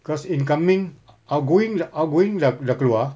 because incoming outgoing outgoing dah dah keluar